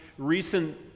Recent